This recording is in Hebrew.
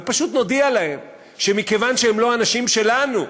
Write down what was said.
ופשוט נודיע להם שמכיוון שהם לא אנשים שלנו,